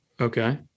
Okay